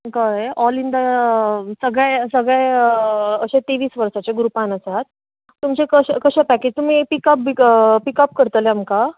कळ्ळें all in the सगळे सगळें अशे तेवीस वर्साच्या ग्रुपान आसात तुमचें कशें पॅकेज तुमी पिकअप बी पिकअप करतले आमकां